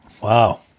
Wow